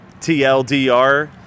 TLDR